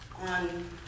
on